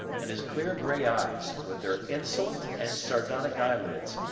and his clear grey eyes, with their insolent and sardonic eyelids,